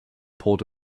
poured